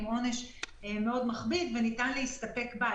ניתן להסתפק בה.